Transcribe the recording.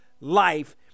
life